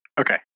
Okay